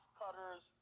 cutters